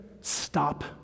stop